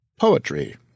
Poetry